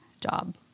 job